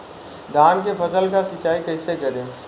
धान के फसल का सिंचाई कैसे करे?